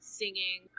singing